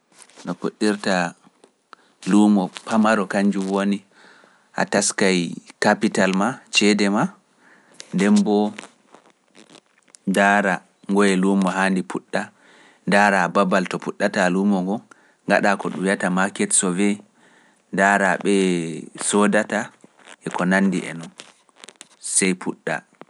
No puɗirta luumo pamaro kanjum woni a taskayi kapital maa, ceede maa, ndemboo daara ngoye luumo haandi puɗɗa, ndaara babal to puɗɗata luumo ngon, ngaɗa ko ɗum wiyata market sovéy, ndaara ɓee soodata e ko nanndi e noo, sey puɗɗa.